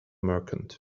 merchant